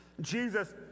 Jesus